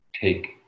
take